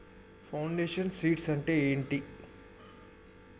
Foundation seeds అంటే ఏంటి?